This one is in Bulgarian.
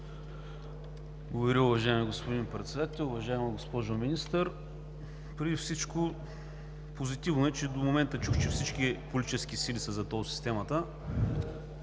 Благодаря, уважаеми господин Председател. Уважаема госпожо Министър! Преди всичко, позитивно е, че до момента чух, че всички политически сили са за тол системата.